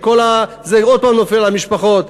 שזה עוד פעם נופל על משפחות,